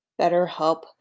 BetterHelp